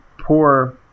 poor